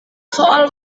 soal